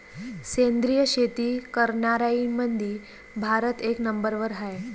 सेंद्रिय शेती करनाऱ्याईमंधी भारत एक नंबरवर हाय